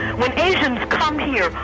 when asians come here,